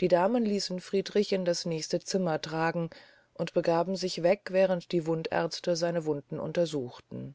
die damen ließen friedrich in das nächste zimmer tragen und begaben sich weg während die wundärzte seine wunden untersuchten